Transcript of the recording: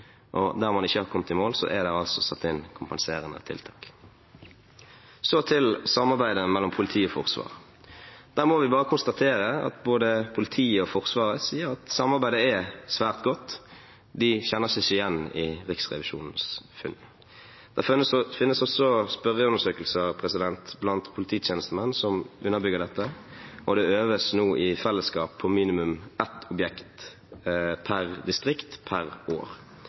og der man ikke har kommet i mål, er det satt inn kompenserende tiltak. Så til samarbeidet mellom politiet og Forsvaret. Der må vi bare konstatere at både politiet og Forsvaret sier at samarbeidet er svært godt, de kjenner seg ikke igjen i Riksrevisjonens funn. Det finnes også spørreundersøkelser blant polititjenestemenn som underbygger dette, og det øves nå i fellesskap på minimum ett objekt per distrikt per år,